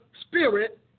spirit